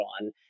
on